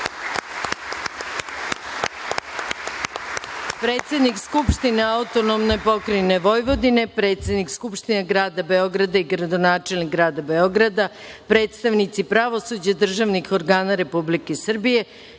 predsednik Skupštine AP Vojvodine, predsednik Skupštine Grada Beograda i gradonačelnik Grada Beograda, predstavnici pravosuđa, organa Republike Srbije,